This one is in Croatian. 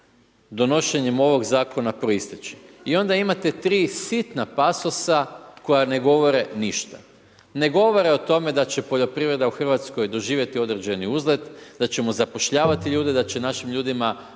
donošenjem ovog zakona proisteći. I onda imate 3 sitna pasosa koja ne govore ništa. Ne govore o tome da će poljoprivreda u Hrvatskoj doživjeti određeni uzlet, da ćemo zapošljavati ljude, da će našim ljudima,